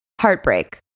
Heartbreak